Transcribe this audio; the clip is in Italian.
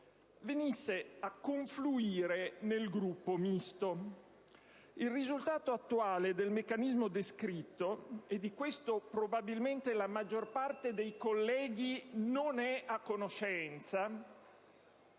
Gruppo, confluisse nel Gruppo Misto. Il risultato attuale del meccanismo descritto - di questo probabilmente la maggior parte dei colleghi senatori non è a conoscenza